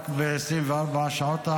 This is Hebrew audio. והם דיברו על חמישה רק ב-24 השעות האחרונות,